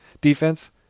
defense